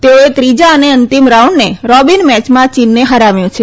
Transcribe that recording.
તેઓએ ત્રીજા અને અંતિમ રાઉન્ડને રોબીન મેચમાં ચીનને હરાવ્યું છે